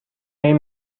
این